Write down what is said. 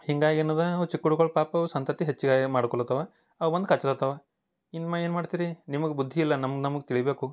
ಹೀಗಾಗಿ ಏನದ ಅವು ಚಿಕ್ಕುಳುಗಳು ಪಾಪವು ಸಂತತಿ ಹೆಚ್ಚಿಗಾಯಿ ಮಾಡ್ಕೊಲ್ಲತವ ಆ ಒಂದು ಕಚ್ಚಲತ್ತವ ಇನ್ಮ ಏನ್ಮಾಡ್ತಿರಿ ನಿಮಗ ಬುದ್ಧಿಯಿಲ್ಲ ನಮಗ ನಮಗ ತಿಳಿಯಬೇಕು